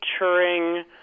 Turing